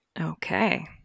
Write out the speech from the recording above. Okay